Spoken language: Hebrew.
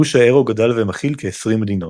גוש האירו גדל ומכיל כ-20 מדינות.